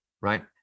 right